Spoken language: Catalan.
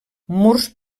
murs